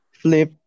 flip